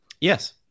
Yes